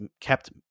kept